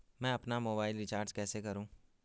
मैं अपना mobile recharge कैसे करूँ?